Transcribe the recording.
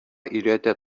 өйрәтә